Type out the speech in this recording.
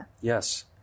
Yes